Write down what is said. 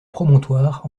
promontoire